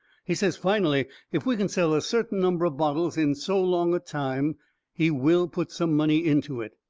he says finally if we can sell a certain number of bottles in so long a time he will put some money into it.